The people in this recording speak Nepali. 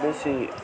बेसी